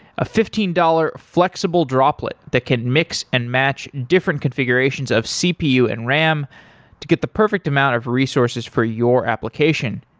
a fifteen dollars flexible droplet that can mix and match different configurations of cpu and ram to get the perfect amount of resources for your application.